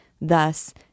Thus